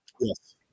yes